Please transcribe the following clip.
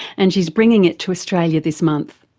and she's bringing it to australia this month.